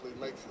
makes